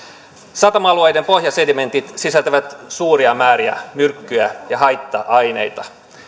satama alueiden pohjasedimentit sisältävät suuria määriä myrkkyjä ja haitta aineita